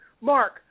Mark